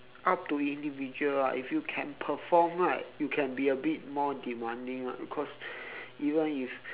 up to individual lah if you can perform right you can be a bit more demanding ah cause even if